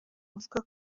avuga